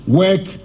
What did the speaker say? work